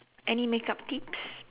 any makeup tips